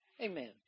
amen